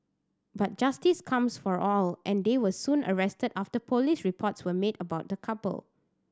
but justice comes for all and they were soon arrested after police reports were made about the couple